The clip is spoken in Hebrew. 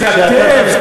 זה אתם,